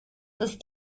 ist